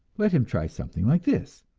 let him try something like this.